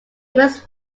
was